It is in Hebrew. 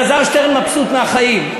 אלעזר שטרן מבסוט מהחיים?